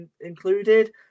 included